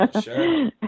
sure